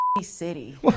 city